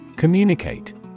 Communicate